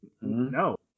No